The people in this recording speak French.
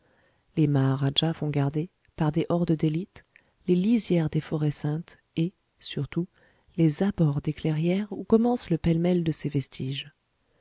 maharadjahs font garder par des hordes d'élite les lisières des forêts saintes et surtout les abords des clairières où commence le pêle-mêle de ces vestiges